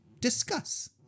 discuss